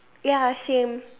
ya same